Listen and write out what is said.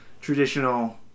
traditional